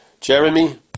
Jeremy